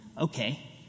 Okay